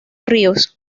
ríos